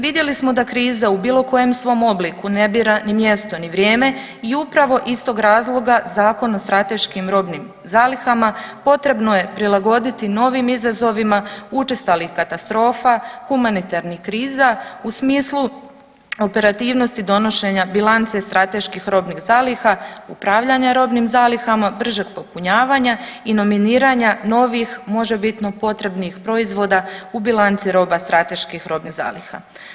Vidjeli smo da kriza u bilo kojem svom obliku ne bira ni mjesto ni vrijeme i upravo iz tog razloga Zakon o strateškim robnim zalihama potrebno je prilagoditi novim izazovima učestalih katastrofa, humanitarnih kriza u smislu operativnosti donošenja bilanca i strateških robnih zaliha, upravljanja robnim zalihama, bržeg popunjavanja i nominiranja novih možebitno potrebnih proizvoda u bilanci roba strateških robnih zaliha.